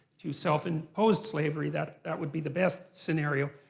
to self-imposed slavery, that that would be the best scenario,